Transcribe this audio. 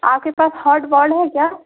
आपके पास hard ball है क्या